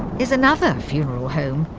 is another funeral home.